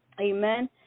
Amen